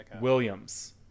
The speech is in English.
williams